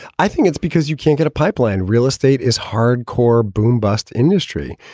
i think it's because you can't get a pipeline. real estate is hard core boom-bust industry.